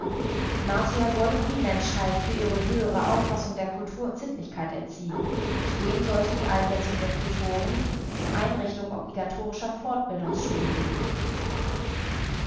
die martier wollten die menschheit für ihre höhere auffassung der kultur und sittlichkeit erziehen und dem sollte die einsetzung der kultoren die einrichtung obligatorischer fortbildungsschulen dienen